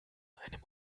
einem